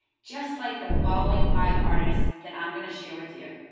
just like the following five artists that i'm going to share with you.